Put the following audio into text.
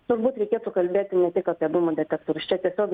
turbūt reikėtų kalbėti ne tik apie dūmų detektorius čia tiesiog